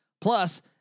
Plus